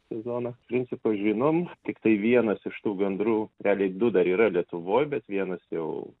sezoną principą žinom tiktai vienas iš tų gandrų realiai du dar yra lietuvoj bet vienas jau